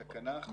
נכון.